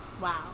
Wow